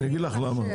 אני אגיד לך למה.